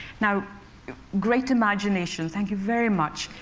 now great imagination, thank you very much.